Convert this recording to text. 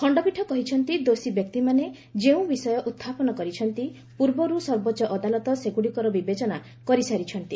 ଖଣ୍ଡପୀଠ କହିଛନ୍ତି ଦୋଷୀ ବ୍ୟକ୍ତିମାନେ ଯେଉଁ ବିଷୟ ଉହାପନ କରିଛନ୍ତି ପର୍ବର୍ ସର୍ବୋଚ୍ଚ ଅଦାଲତ ସେଗ୍ରଡ଼ିକର ବିବେଚନା କରିସାରିଛନ୍ତି